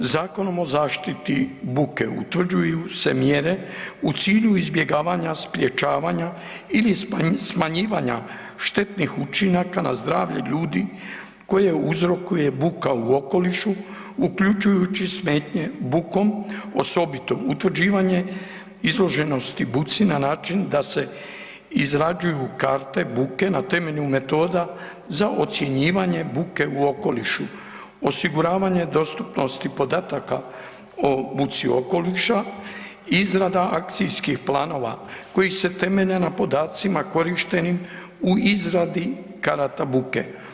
Zakonom o zaštiti buke utvrđuju se mjere u cilju izbjegavanja, sprečavanja ili smanjivanja štetnih učinaka na zdravlje ljudi koje uzrokuje buka u okolišu uključujući smetnje bukom, osobito utvrđivanje izloženosti buci na način da se izrađuju karte buke na temelju metoda za ocjenjivanje buke u okolišu, osiguravanje dostupnosti podataka o buci okoliša, izrada akcijskih planova koji se temelje na podacima korištenim u izradi karata buke.